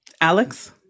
Alex